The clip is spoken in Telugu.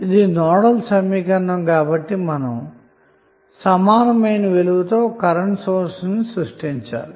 ఇది నోడల్ సమీకరణం కాబట్టి మనం సమాన విలువ కలిగిన ఒక కరెంటు సోర్స్ ని సృష్టించాలి